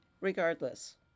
Regardless